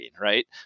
right